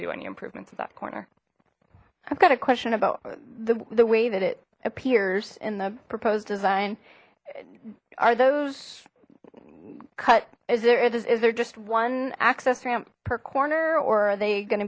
do any improvements at that corner i've got a question about the way that it appears in the proposed design are those cut is there is is there just one access ramp per corner or are they go